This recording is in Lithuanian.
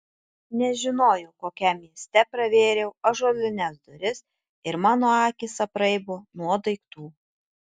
nežinojau kokiam mieste pravėriau ąžuolines duris ir mano akys apraibo nuo daiktų